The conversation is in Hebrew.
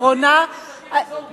לחזור בך.